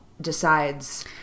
decides